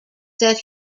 set